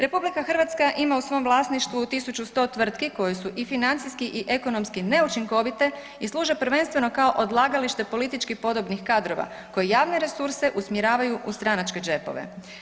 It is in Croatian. RH ima u svom vlasništvu 1100 tvrtki koje su i financijski i ekonomski neučinkovite i služe prvenstveno kao odlagalište političkih podobnih kadrova koje javne resurse usmjeravaju u stranačke džepove.